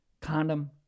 Condom